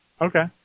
Okay